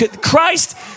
Christ